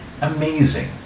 amazing